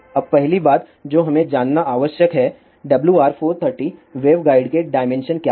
अब पहली बात जो हमें जानना आवश्यक है WR430 वेवगाइड के डायमेंशन क्या हैं